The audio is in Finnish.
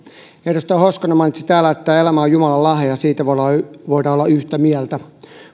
edustaja hoskonen mainitsi täällä että elämä on jumalan lahja ja siitä voidaan olla yhtä mieltä